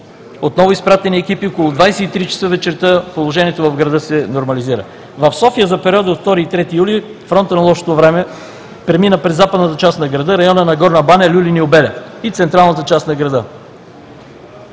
отново изпратени екипи. Около 23,00 ч. вечерта положението в града се нормализира. В София за периода от 2 до 3 юли 2017 г. фронтът на лошото време премина през западната част на града – района на Горна баня, Люлин и Обеля, и централната част на града.